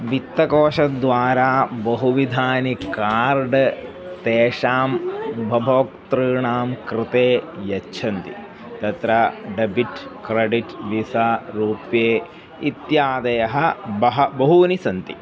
वित्तकोषद्वारा बहुविधानि कार्ड् तेषां उपभोक्तॄणां कृते यच्छन्ति तत्र डेबिट् क्रेडिट् विसा रूप्ये इत्यादयः बहु बहूनि सन्ति